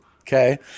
okay